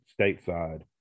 stateside